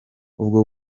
ubwo